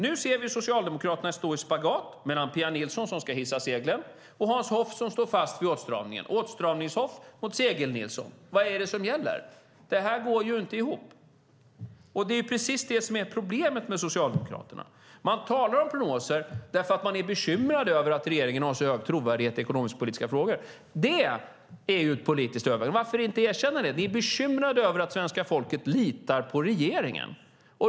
Nu ser vi Socialdemokraterna stå i spagat mellan Pia Nilsson som ska hissa seglen och Hans Hoff som står fast vid åtstramningen. Det är åtstramnings-Hoff mot segel-Nilsson. Vad är det som gäller? Det här går inte ihop. Det är precis det som är problemet med Socialdemokraterna. Man talar om prognoser för att man är bekymrad över att regeringen har så hög trovärdighet i ekonomisk-politiska frågor. Varför inte erkänna det? Ni är bekymrade över att svenska folket litar på regeringen.